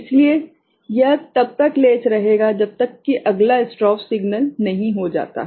इसलिए यह तब तक लेच रहेगा जब तक कि अगला स्ट्रोब सिग्नल नहीं हो जाता